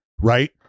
right